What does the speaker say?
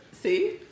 See